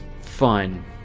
fun